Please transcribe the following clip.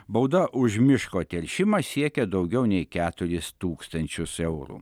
bauda už miško teršimą siekia daugiau nei keturis tūkstančius eurų